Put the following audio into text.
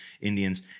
Indians